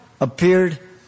appeared